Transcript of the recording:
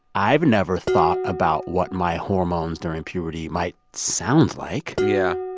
i've never thought about what my hormones during puberty might sound like yeah.